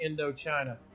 Indochina